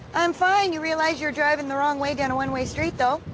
i'm fine, you realize you're driving the wrong way down a one way street though?